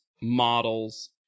models